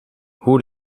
hoe